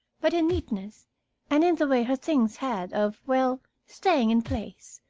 but in neatness and in the way her things had of, well, staying in place,